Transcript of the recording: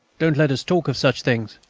don't let us talk of such things.